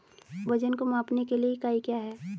वजन को मापने के लिए इकाई क्या है?